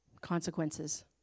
consequences